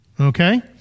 Okay